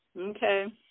Okay